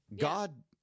God